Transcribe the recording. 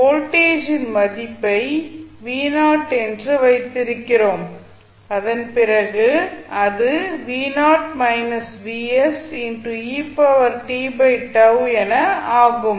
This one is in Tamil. வோல்டேஜின் மதிப்பை என்று வைத்திருக்கிறோம் அதன் பிறகு அது என ஆகும்